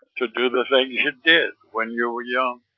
to do the things you did when you were young.